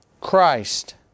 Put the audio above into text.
Christ